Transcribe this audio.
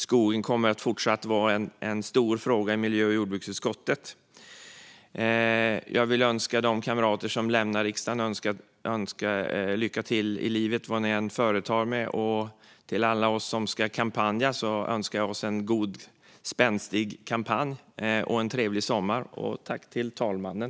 Skogen kommer fortsatt att vara en stor fråga i miljö och jordbruksutskottet. Jag vill önska de kamrater som lämnar riksdagen lycka till i livet, vad ni än företar er. Jag önskar alla oss som ska kampanja en god och spänstig kampanj och en trevlig sommar. Tack också till talmannen!